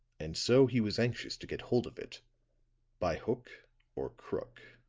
and so he was anxious to get hold of it by hook or crook.